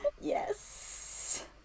Yes